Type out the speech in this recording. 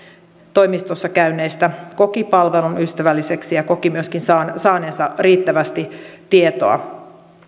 toimistossa käyneistä koki palvelun ystävälliseksi ja koki myöskin saaneensa riittävästi tietoa